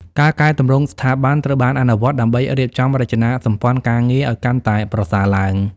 ការកែទម្រង់ស្ថាប័ន ត្រូវបានអនុវត្តដើម្បីរៀបចំរចនាសម្ព័ន្ធការងារឱ្យកាន់តែប្រសើរឡើង។